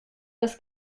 das